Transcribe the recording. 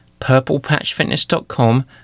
purplepatchfitness.com